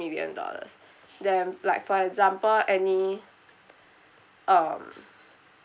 million dollars then like for example any um